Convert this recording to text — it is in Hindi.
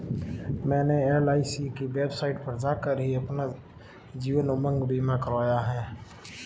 मैंने एल.आई.सी की वेबसाइट पर जाकर ही अपना जीवन उमंग बीमा करवाया है